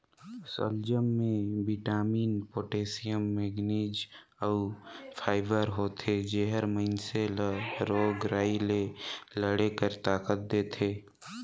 सलजम में vitamin, potassium, manganese अउ फाइबर होथे जेहर मइनसे ल रोग राई ले लड़े कर ताकत देथे